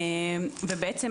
בעצם,